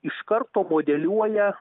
iš karto modeliuoja